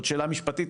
זאת שאלה משפטית,